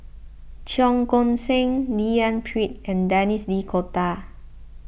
Cheong Koon Seng D N Pritt and Denis D'Cotta